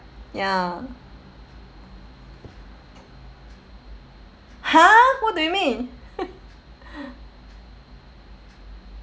ya !huh! what do you mean